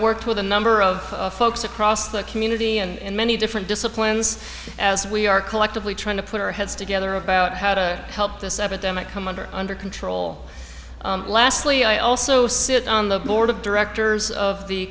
worked with a number of folks across the community and many different disciplines as we are collectively trying to put our heads together about how to help this epidemic come under under control lastly i also sit on the board of directors of the